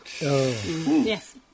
Yes